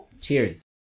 cheers